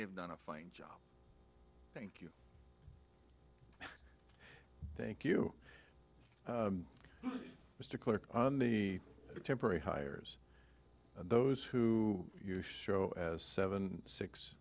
they've done a fine job thank you thank you mr clarke on the temporary hires those who you show as seven six